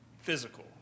physical